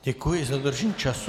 Děkuji i za dodržení času.